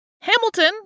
Hamilton